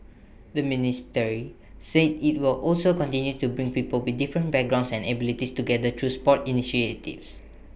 the ministry said IT will also continue to bring people with different backgrounds and abilities together through sports initiatives